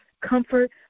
comfort